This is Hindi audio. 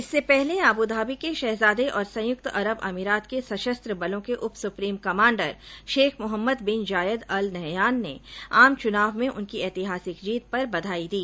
इससे पहले आबूधाबी के शहजादे और संयुक्त अरब अमारात के सशस्त्र बलों के उप supreme commander Sheikh Mohammed bin Zayed al Nahyan ने आम चुनाव में उनकी ऐतिहासिक जीत पर बधाई दी